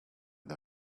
the